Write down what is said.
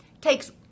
takes